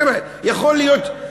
תראה, יכול להיות,